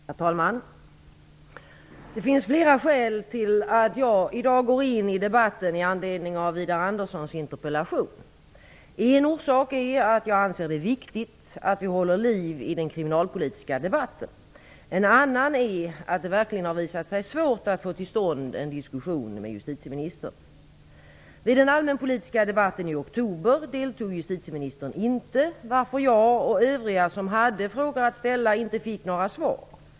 Herr talman! Det finns flera skäl till att jag i dag går in i debatten i anledning av Widar Anderssons interpellation. En orsak är att jag anser det viktigt att vi håller liv i den kriminalpolitiska debatten. En annan är att det verkligen har visat sig svårt att få till stånd en diskussion med justitieministern. Vid den allmänpolitiska debatten i oktober deltog justitieministern inte, varför jag och övriga som hade frågor att ställa inte fick några svar.